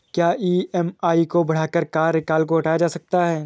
क्या ई.एम.आई को बढ़ाकर कार्यकाल को घटाया जा सकता है?